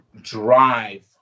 drive